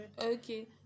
Okay